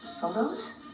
photos